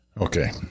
Okay